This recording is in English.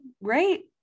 right